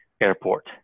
Airport